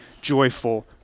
joyful